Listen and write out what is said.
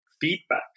feedback